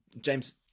James